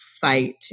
fight